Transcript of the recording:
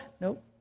Nope